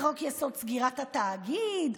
חוק-יסוד: סגירת התאגיד,